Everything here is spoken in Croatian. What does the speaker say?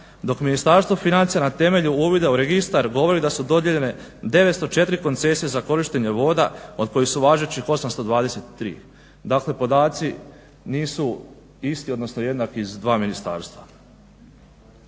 dok Ministarstvo financija na temelju uvida u registar govori da su dodijeljene 904 koncesije za korištenje voda od kojih su važećih 823. Dakle, podaci nisu isti odnosno jednaki za dva ministarstva.